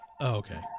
okay